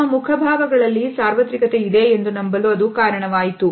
ನಮ್ಮ ಮುಖ ಭಾವಗಳಲ್ಲಿ ಸಾರ್ವತ್ರಿಕತೆ ಇದೆ ಎಂದು ನಂಬಲು ಅದು ಕಾರಣವಾಯಿತು